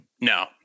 No